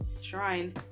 shrine